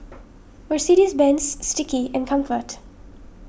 Mercedes Benz Sticky and Comfort